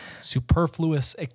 Superfluous